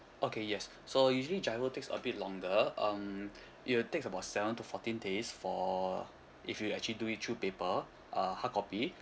okay yes so usually GIRO takes a bit longer um it will takes about seven to fourteen days for if you actually do it through paper uh hardcopy